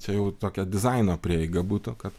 čia jau tokio dizaino prieiga būtų kad